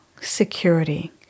security